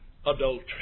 adultery